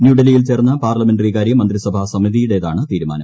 ന്യൂഡൽഹിയിൽ ചേർന്ന പാർലമെന്ററി കാര്യ മന്ത്രിസഭാ സമിതിയുടേതാണ് തീരുമാനം